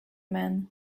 men